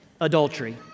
adultery